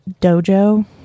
Dojo